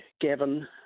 Gavin